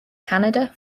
canada